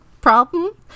problem